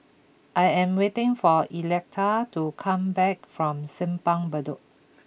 I am waiting for Electa to come back from Simpang Bedok